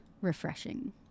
refreshing